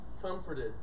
comforted